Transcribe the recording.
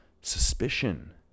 suspicion